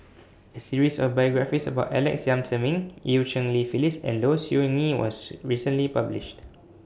A series of biographies about Alex Yam Ziming EU Cheng Li Phyllis and Low Siew Nghee was recently published